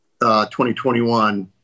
2021